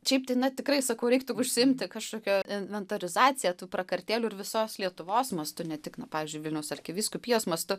šiaip tai na tikrai sakau reiktų užsiimti kažkokia inventorizacija tų prakartėlių ir visos lietuvos mastu ne tik na pavyzdžiui vilniaus arkivyskupijos mastu